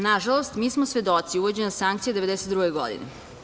Nažalost, mi smo svedoci uvođenja sankcija 1992. godine.